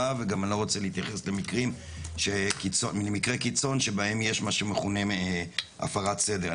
וגם אני לא רוצה להתייחס למקרי קיצון שבהם יש מה שמכונה הפרת סדר.